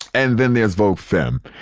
and then there's vogue femme.